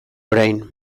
orain